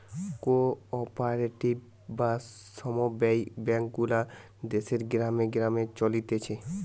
co operative বা সমব্যায় bank গুলা দেশের গ্রামে গ্রামে চলতিছে